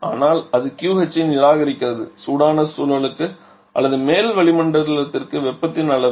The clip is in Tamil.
ஆனால் அது QH ஐ நிராகரிக்கிறது சூடான சூழலுக்கு அல்லது மேல் வளிமண்டலத்திற்கு வெப்பத்தின் அளவு